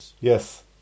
Yes